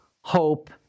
hope